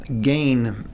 gain